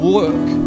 work